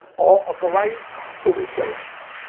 or authorized story tellers,